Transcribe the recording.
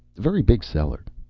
very big seller.